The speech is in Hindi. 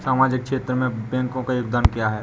सामाजिक क्षेत्र में बैंकों का योगदान क्या है?